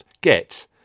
get